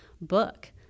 book